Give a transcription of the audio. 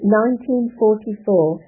1944